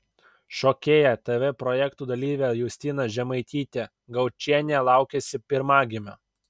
šokėja tv projektų dalyvė justina žemaitytė gaučienė laukiasi pirmagimio